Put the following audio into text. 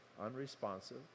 unresponsive